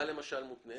מה למשל מותנה?